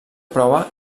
prova